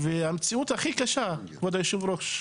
וכמו שאמרת, כבוד היושב ראש,